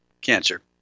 cancer